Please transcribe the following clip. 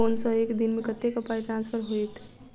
Phone सँ एक दिनमे कतेक पाई ट्रान्सफर होइत?